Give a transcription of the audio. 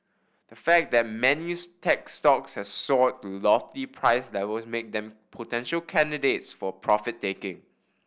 the fact that tech stocks have soared to lofty price levels make them potential candidates for profit taking